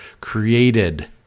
created